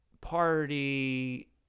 party